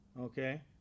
okay